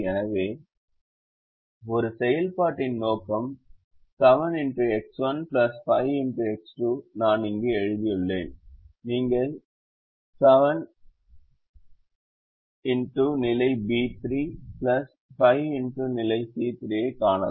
எனவே ஒரு செயல்பாட்டின் நோக்கம் நான் இங்கு எழுதியுள்ளேன் நீங்கள் 7 x நிலை B3 5 x நிலை C3 ஐக் காணலாம்